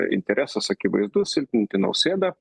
interesas akivaizdus silpninti nausėdą